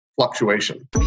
fluctuation